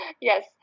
Yes